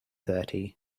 thirty